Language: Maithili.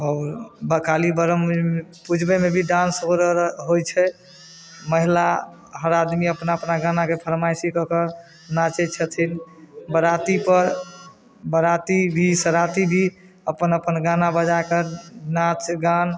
आओर काली ब्रह्म पूजबैमे भी डांस होइ छै महिला हर आदमी अपना अपना गानाके फरमाइशी कऽ कऽ नाचै छथिन बराती पर बराती भी सराती भी अपन अपन गाना बजा कऽ नाच गान